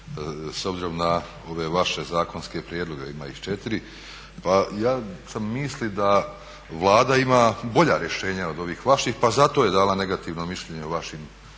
S obzirom na ove vaše zakonske prijedloge, ima ih četiri, pa ja sam misli da Vlada ima bolja rješenja od ovih vaših pa zato je dala negativno mišljenje o vašim